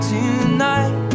Tonight